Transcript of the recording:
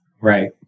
Right